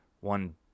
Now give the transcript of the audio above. one